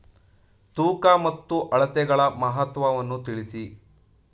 ತೂಕ ಮತ್ತು ಅಳತೆಗಳ ಮಹತ್ವವನ್ನು ತಿಳಿಸಿ?